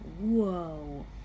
Whoa